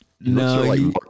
No